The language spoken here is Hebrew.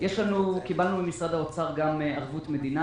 קיבלנו ממשרד האוצר גם ערבות מדינה,